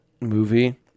movie